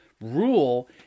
rule